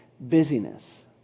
busyness